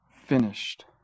finished